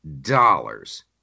dollars